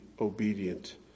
obedient